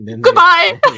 goodbye